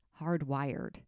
hardwired